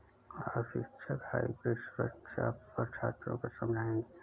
आज शिक्षक हाइब्रिड सुरक्षा पर छात्रों को समझाएँगे